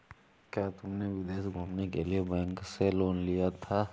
क्या तुमने विदेश घूमने के लिए बैंक से लोन लिया था?